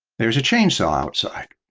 there's a chainsaw outside.